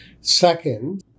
Second